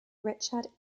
richard